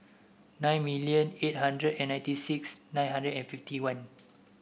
nine million eight hundred and ninety six nine hundred and fifty one